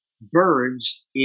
birds